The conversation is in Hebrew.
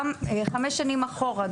גם חמש שנים אחורה,